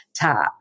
top